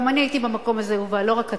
גם אני הייתי במקום הזה, יובל, לא רק אתה,